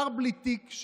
שר בלי תיק,